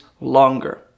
longer